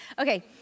Okay